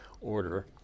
order